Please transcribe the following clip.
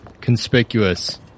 Conspicuous